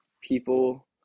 people